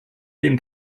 dem